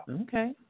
Okay